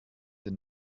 den